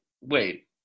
wait